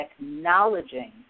acknowledging